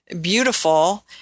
beautiful